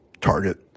target